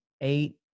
eight